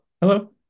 hello